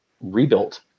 rebuilt